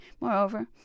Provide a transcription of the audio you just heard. Moreover